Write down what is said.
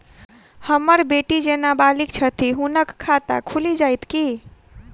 हम्मर बेटी जेँ नबालिग छथि हुनक खाता खुलि जाइत की?